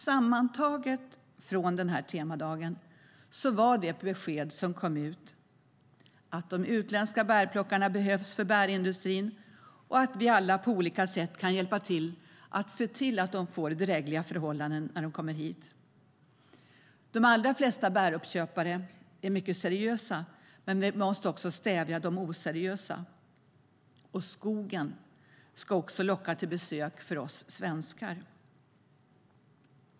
Sammantaget var dock det besked som kom ut av denna temadag att de utländska bärplockarna behövs för bärindustrin och att vi alla på olika sätt kan hjälpa till att se till att de får drägliga förhållanden när de kommer hit. De allra flesta bäruppköpare är mycket seriösa, men vi måste stävja de oseriösa. Och skogen ska locka till besök även av oss svenskar.